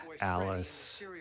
Alice